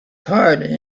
hardly